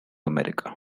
america